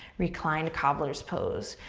reclined cobblers pose.